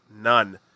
None